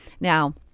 Now